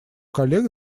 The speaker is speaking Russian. коллег